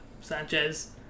Sanchez